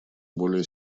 более